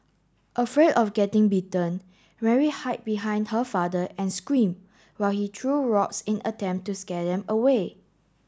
afraid of getting bitten Mary hide behind her father and screamed while he threw rocks in attempt to scare them away